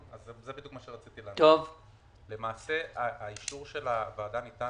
זה בדיוק מה שרציתי להבהיר: האישור של הוועדה ניתן